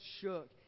shook